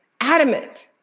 adamant